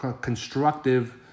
constructive